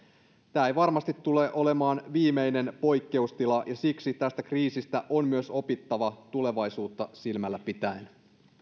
tämä ei varmasti tule olemaan viimeinen poikkeustila ja siksi tästä kriisistä on myös opittava tulevaisuutta silmällä pitäen